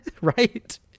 Right